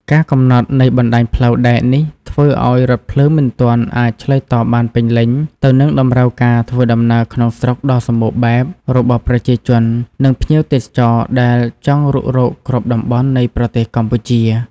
ការកំណត់នៃបណ្តាញផ្លូវដែកនេះធ្វើឱ្យរថភ្លើងមិនទាន់អាចឆ្លើយតបបានពេញលេញទៅនឹងតម្រូវការធ្វើដំណើរក្នុងស្រុកដ៏សម្បូរបែបរបស់ប្រជាជន និងភ្ញៀវទេសចរ ដែលចង់រុករកគ្រប់តំបន់នៃប្រទេសកម្ពុជា។